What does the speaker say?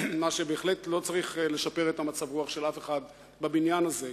מה שבהחלט לא צריך לשפר את מצב הרוח של אף אחד בבניין הזה,